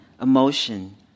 emotion